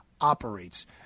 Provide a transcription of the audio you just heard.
operates